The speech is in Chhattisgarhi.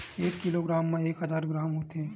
एक किलोग्राम मा एक हजार ग्राम होथे